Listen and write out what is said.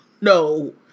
no